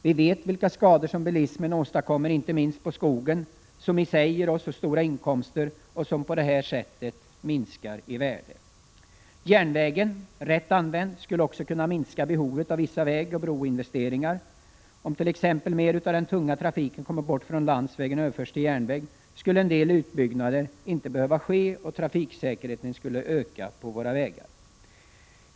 Vi vet vilka skador som bilismen åstadkommer, inte minst på skogen, som i sig ger oss så stora inkomster och som på detta sätt minskar i värde. Järnvägen, rätt använd, skulle också kunna minska behovet av vissa vägoch broinvesteringar. Om t.ex. mer utav den tunga trafiken kommer bort från landsvägen och överförs till järnväg, skulle en del utbyggnader inte behöva ske, och trafiksäkerheten skulle öka på våra vägar.